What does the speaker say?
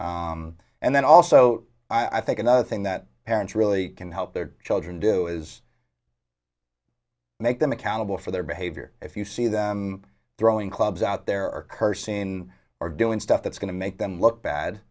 and then also i think another thing that parents really can help their children do is make them accountable for their behavior if you see them throwing clubs out there are cursing in or doing stuff that's going to make them look bad